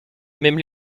même